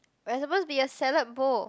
but it's supposed to be a salad bowl